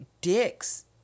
dicks